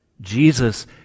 Jesus